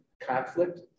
conflict